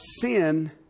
sin